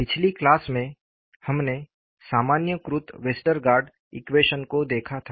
पिछली क्लास में हमने सामान्यीकृत वेस्टरगार्ड ईक्वेशन को देखा था